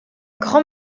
grand